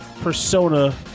persona